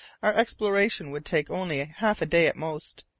our exploration would take only half a day at most.